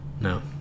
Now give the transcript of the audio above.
No